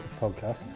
podcast